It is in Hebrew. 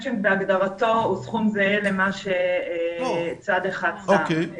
מצ'ינג בהגדרתו הוא סכום זהה למה שצד אחד שם.